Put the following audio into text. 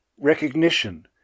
recognition